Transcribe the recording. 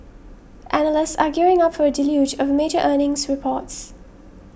analysts are gearing up for a deluge of major earnings reports